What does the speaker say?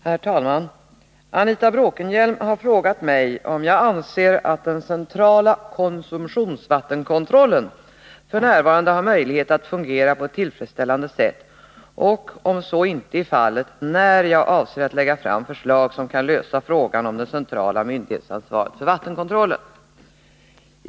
Herr talman! Anita Bråkenhielm har frågat mig om jag anser att den centrala konsumtionsvattenkontrollen f. n. har möjlighet att fungera på ett tillfredsställande sätt och, om så inte är fallet, när jag avser att lägga fram förslag som kan lösa frågan om det centrala myndighetsansvaret för vattenkontrollen.